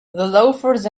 loafers